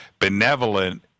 benevolent